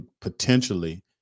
potentially